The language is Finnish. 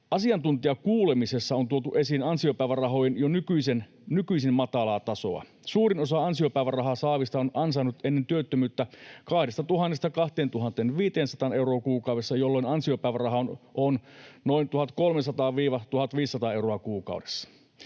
Asiantuntijakuulemisessa on tuotu esiin ansiopäivärahojen jo nykyisin matalaa tasoa. Suurin osa ansiopäivärahaa saavista on ansainnut ennen työttömyyttä 2 000:sta 2 500 euroon kuukaudessa, jolloin ansiopäiväraha on noin 1 300—1 500 euroa kuukaudessa.